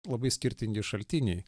labai skirtingi šaltiniai